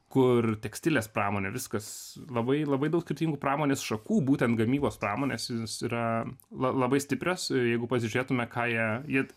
kur tekstilės pramonė viskas labai labai daug skirtingų pramonės šakų būtent gamybos pramonės jis yra la labai stiprios jeigu pasižiūrėtume ką jie jiet